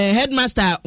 Headmaster